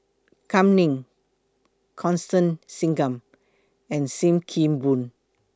Kam Ning Constance Singam and SIM Kee Boon